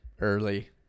Early